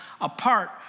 apart